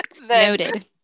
Noted